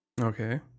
Okay